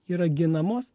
yra ginamos